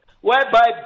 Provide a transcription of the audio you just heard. whereby